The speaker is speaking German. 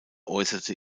äußerte